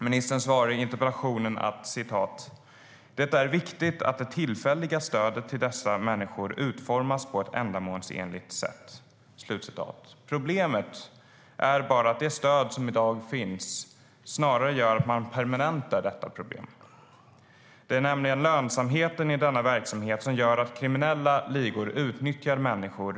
Ministern säger i interpellationssvaret: "Det är viktigt att det tillfälliga stödet till dessa människor utformas på ett ändamålsenligt sätt." Problemet är bara att det stöd som finns i dag snarare permanentar detta problem. Det är nämligen lönsamheten i denna verksamhet som gör att kriminella ligor utnyttjar människor.